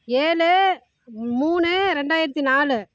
ஏழு மூணு ரெண்டாயிரத்தி நாலு